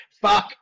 Fuck